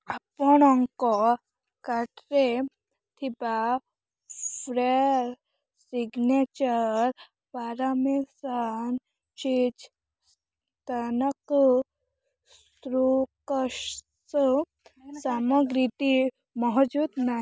ଆପଣଙ୍କ କାର୍ଟ୍ରେ ଥିବା ଫ୍ରେ ସିଗ୍ନେଚର୍ ପାର୍ମେସାନ୍ ଚିଜ୍ ସାନକ ସାମଗ୍ରୀଟି ମହଜୁଦ ନାହିଁ